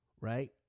right